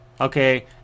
Okay